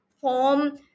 form